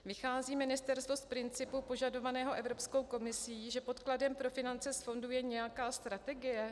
Vychází ministerstvo z principu požadovaného Evropskou komisí, že podkladem pro finance z fondu je nějaká strategie?